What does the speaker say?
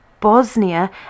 Bosnia